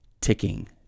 ticking